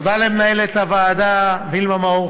תודה למנהלת הוועדה וילמה מאור